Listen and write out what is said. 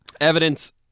evidence